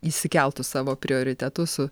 išsikeltus savo prioritetus su